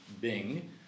Bing